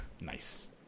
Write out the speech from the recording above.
Nice